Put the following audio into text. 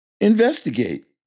investigate